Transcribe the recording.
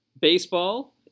baseball